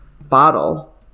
bottle